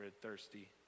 thirsty